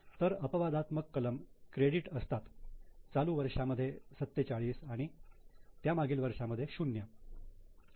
तर अपवादात्मक कलम क्रेडिट असतात चालू वर्षांमध्ये 47 आणि त्या मागील वर्षांमध्ये 0